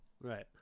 Right